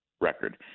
record